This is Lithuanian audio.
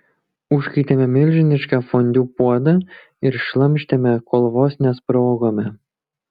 užkaitėme milžinišką fondiu puodą ir šlamštėme kol vos nesprogome